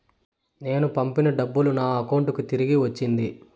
నేను పంపిన డబ్బులు నా అకౌంటు కి తిరిగి వచ్చింది